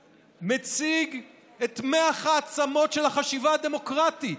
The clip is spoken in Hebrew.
שמציג את מח העצמות של החשיבה הדמוקרטית,